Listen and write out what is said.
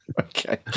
Okay